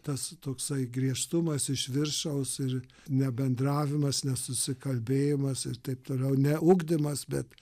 tas toksai griežtumas iš viršaus ir nebendravimas nesusikalbėjimas ir taip toliau ne ugdymas bet